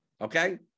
okay